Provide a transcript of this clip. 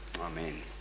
Amen